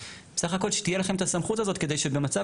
בסך הכול שתהיה לכם את הסמכות הזאת כדי שבמצב